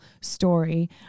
story